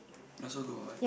also go out